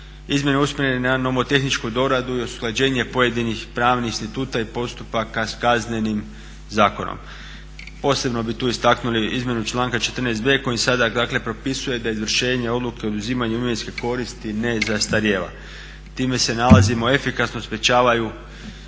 izmjena usmjerene na nomotehničku doradu i usklađenje pojedinih pravnih instituta i postupaka s Kaznenim zakonom. Posebno bi tu istaknuli izmjenu članka 14.b kojim sada propisuje da izvršenje odluke o oduzimanju imovinske koristi ne zastarijeva. Time se … efikasno sprečavaju